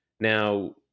Now